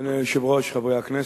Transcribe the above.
אדוני היושב-ראש, חברי הכנסת,